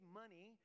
money